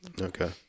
okay